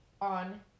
on